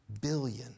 billion